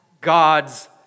God's